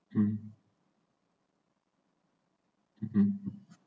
um um